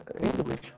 english